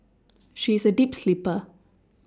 she is a deep sleeper